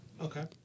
Okay